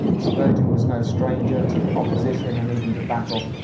spurgeon was no stranger to opposition, and even to battle.